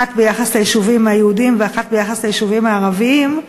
אחת ביחס ליישובים היהודיים ואחת ביחס ליישובים הערביים,